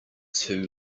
too